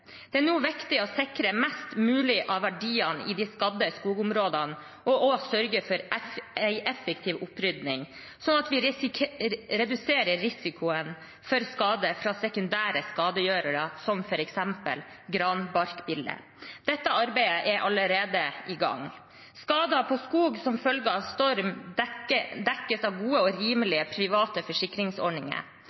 Det er nå viktig å sikre mest mulig av verdiene i de skadde skogområdene og å sørge for en effektiv opprydning, slik at vi reduserer risikoen for skader fra sekundære skadegjørere, f.eks. granbarkbille. Dette arbeidet er allerede i gang. Skader på skog som følge av storm dekkes av gode og rimelige private forsikringsordninger.